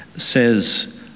Says